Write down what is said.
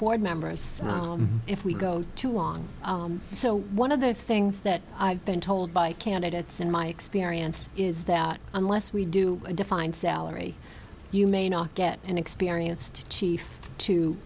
board members if we go too long so one of the things that i've been told by candidates in my experience is that unless we do a defined salary you may not get an experienced chief to